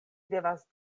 devas